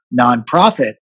nonprofit